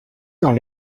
dans